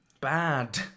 Bad